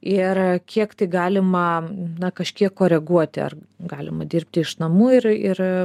ir kiek tai galima na kažkiek koreguoti ar galima dirbti iš namų ir ir